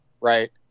right